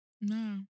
No